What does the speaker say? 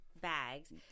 bags